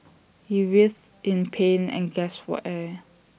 he writhed in pain and gasped for air